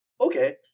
okay